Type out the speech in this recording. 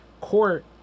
court